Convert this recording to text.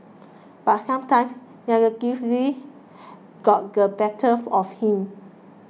but sometimes negativity got the better of him